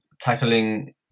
tackling